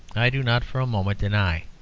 i do not for a moment deny.